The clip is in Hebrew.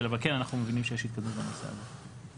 אבל כן אנחנו מבינים שיש התקדמות בנושא הזה.